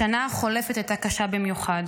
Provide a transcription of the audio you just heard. השנה החולפת הייתה קשה במיוחד.